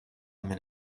minn